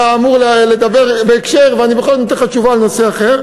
אתה אמור לדבר בהקשר ואני בכל זאת נותן לך תשובה על נושא אחר.